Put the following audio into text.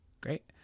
Great